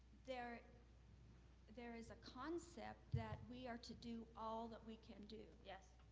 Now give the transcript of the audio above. there there is a concept that we are to do all that we can do. yes,